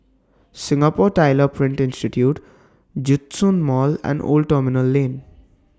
Singapore Tyler Print Institute Djitsun Mall and Old Terminal Lane